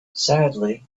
sadly